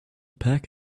pack